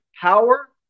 power